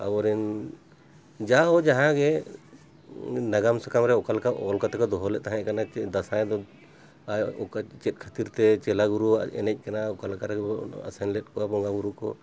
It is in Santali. ᱟᱵᱚᱨᱮᱱ ᱡᱟᱦᱟᱸ ᱜᱮ ᱱᱟᱜᱟᱢ ᱥᱟᱠᱟᱢ ᱨᱮ ᱚᱠᱟ ᱞᱮᱠᱟ ᱚᱞ ᱠᱟᱛᱮ ᱠᱚ ᱫᱚᱦᱚ ᱞᱮᱫ ᱛᱟᱦᱮᱸ ᱠᱟᱱᱟ ᱫᱟᱸᱥᱟᱭ ᱫᱚᱱ ᱚᱠᱟ ᱪᱮᱫ ᱠᱷᱟᱹᱛᱤᱨ ᱛᱮ ᱪᱮᱞᱟ ᱵᱩᱨᱩ ᱮᱱᱮᱡ ᱠᱟᱱᱟ ᱚᱠᱟ ᱞᱮᱠᱟ ᱨᱮᱜᱮ ᱟᱥᱮᱱ ᱞᱮᱫ ᱠᱚᱣᱟ ᱵᱚᱸᱜᱟ ᱵᱩᱨᱩ ᱠᱚ